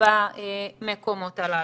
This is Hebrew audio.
במקומות הללו.